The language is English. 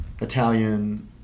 Italian